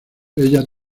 ella